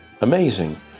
amazing